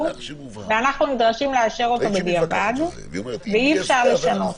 ואנחנו נדרשים לאשר אותו בדיעבד ואי-אפשר לשנות,